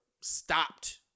stopped